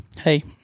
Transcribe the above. Hey